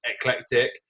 eclectic